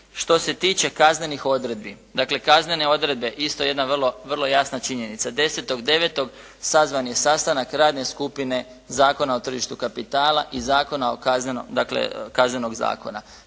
Što se tiče kaznenih odredbi, dakle kaznene odredbe isto jedna vrlo jasna činjenica. 10.9. sazvan je sastanak radne skupine Zakona o tržištu kapitala i Zakona o kazneno, dakle